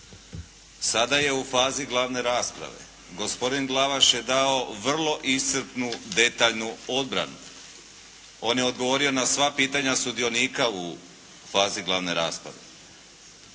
Sada je u fazi glavne rasprave. Gospodin Glavaš je dao vrlo iscrpnu, detaljnu obranu. On je odgovorio na sva pitanja sudionika u fazi glavne rasprave.